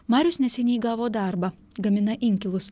marius neseniai gavo darbą gamina inkilus